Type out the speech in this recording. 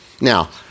Now